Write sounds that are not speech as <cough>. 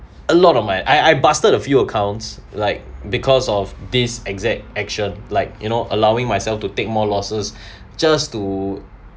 a lot of my I I busted a few accounts like because of this exact action like you know allowing myself to take more losses <breath> just to